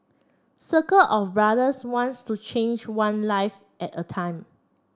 circle of brothers wants to change one life at a time